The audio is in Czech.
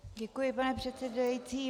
Děkuji, pane předsedající.